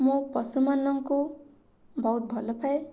ମୁଁ ପଶୁମାନଙ୍କୁ ବହୁତ ଭଲପାଏ